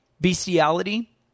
bestiality